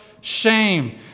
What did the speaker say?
shame